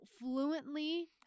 fluently